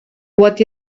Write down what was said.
what